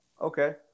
Okay